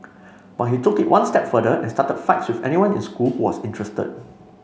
but he took it one step further and started fights with anyone in school who was interested